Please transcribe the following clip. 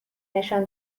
نشان